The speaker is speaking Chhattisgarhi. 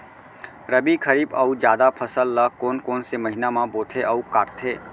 रबि, खरीफ अऊ जादा फसल ल कोन कोन से महीना म बोथे अऊ काटते?